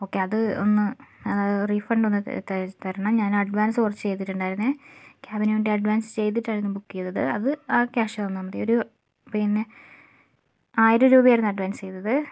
okay അത് ഒന്ന് refund ഒന്ന് തരണം ഞാൻ അഡ്വാൻസ് കുറച്ച് ചെയ്തിട്ടുണ്ടായിരുന്നു ക്യാബിനുവേണ്ടി അഡ്വാൻസ് ചെയ്തിട്ടുണ്ടായിരുന്നു ബുക്ക് ചെയ്തത് അത് ആ ക്യാഷ് തന്നാൽമതി ഒരു പിന്നെ ആയിരം രൂപയായിരുന്നു അഡ്വാൻസ് ചെയ്തത്